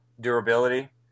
durability